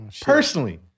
personally